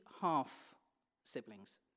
half-siblings